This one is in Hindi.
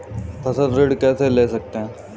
फसल ऋण कैसे ले सकते हैं?